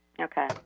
Okay